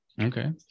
okay